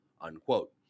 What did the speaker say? unquote